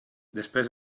després